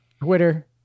Twitter